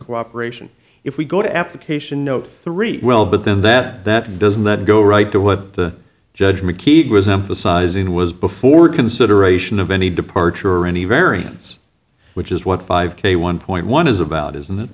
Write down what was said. cooperation if we go to application no three well but then that that doesn't that go right to what the judge mckeague was emphasizing was before consideration of any departure or any variance which is what five k one point one is about is